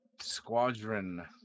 Squadron